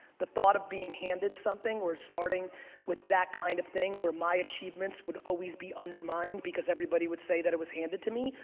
the thought of being handed something or starting with that kind of thing where my achievements would always be undermined because everybody would say that it was handed to me,